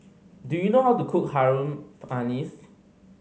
do you know how to cook Harum Manis